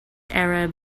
arab